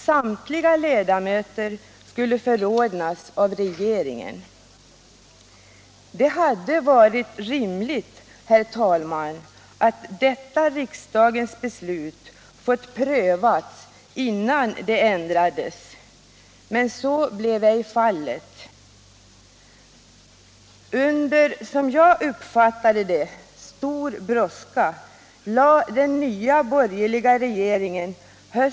Samtliga ledamöter skulle förordnas av regeringen. Det hade varit rimligt, herr talman, att detta riksdagens beslut fått prövas innan det ändrades, men så blev ej fallet.